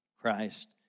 Christ